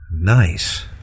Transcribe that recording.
Nice